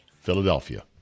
Philadelphia